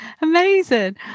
Amazing